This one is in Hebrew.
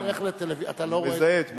אתה לא רואה, אני מזהה את מופז.